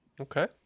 Okay